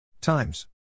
times